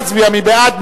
נא להצביע, מי בעד?